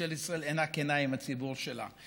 ממשלת ישראל אינה כנה עם הציבור שלה.